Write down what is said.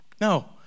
No